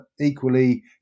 equally